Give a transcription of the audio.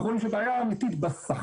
אנחנו רואים שיש בעיה אמיתית בשכר.